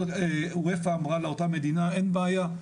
ואופ"א אמרה לאותן מדינות, אין בעיה,